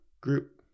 group